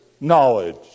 knowledge